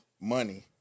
money